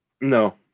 No